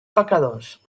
pecadors